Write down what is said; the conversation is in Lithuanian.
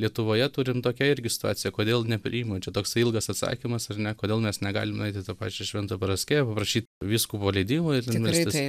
lietuvoje turim tokią irgi situaciją kodėl nepriimu čia toksai ilgas atsakymas ar ne kodėl mes negalim nueiti į to pačio švento paraskevo paprašyt vyskupo leidimo ir tenai melstis